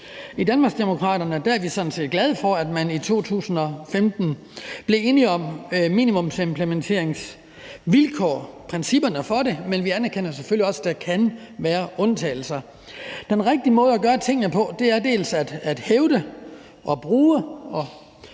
I Danmarksdemokraterne er vi sådan set glade for, at man i 2015 blev enige om minimumsimplementeringsvilkår, altså principperne for det, men vi anerkender selvfølgelig også, at der kan være undtagelser. Den rigtige måde at gøre tingene på er at hævde, bruge og